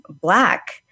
Black